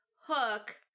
Hook